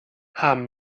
haben